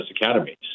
academies